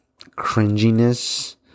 cringiness